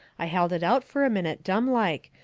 i held it out fur a minute dumb-like,